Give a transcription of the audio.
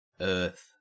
Earth